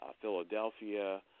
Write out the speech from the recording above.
Philadelphia